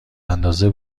اندازه